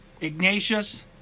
Ignatius